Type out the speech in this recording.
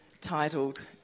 titled